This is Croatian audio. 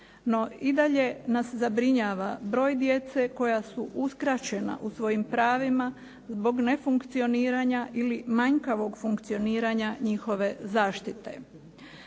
No i dalje nas zabrinjava broj djece koja su uskraćena u svojim pravima zbog nefunkcioniranja ili manjkavog funkcioniranja njihove zaštite.